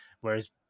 whereas